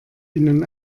ihnen